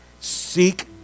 seek